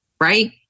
Right